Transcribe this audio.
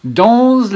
dans